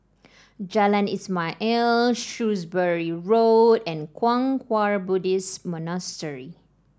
Jalan Ismail Shrewsbury Road and Kwang Hua Buddhist Monastery